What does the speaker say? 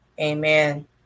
Amen